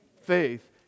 faith